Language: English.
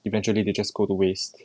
eventually they just go to waste